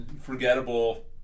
forgettable